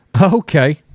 Okay